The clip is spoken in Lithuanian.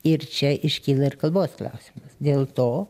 ir čia iškyla ir kalbos klausimas dėl to